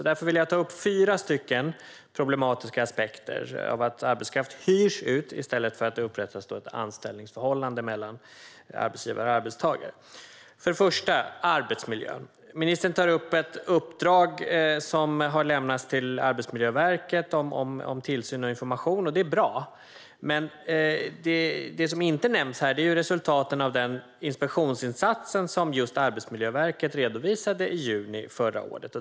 Därför vill jag ta upp fyra problematiska aspekter av att arbetskraft hyrs ut i stället för att det upprättas ett anställningsförhållande mellan arbetsgivare och arbetstagare. För det första gäller det arbetsmiljön. Ministern tar upp ett uppdrag som har lämnats till Arbetsmiljöverket om tillsyn och information. Det är bra. Men det som inte nämns här är resultaten av den inspektionsinsats som just Arbetsmiljöverket redovisade i juni förra året.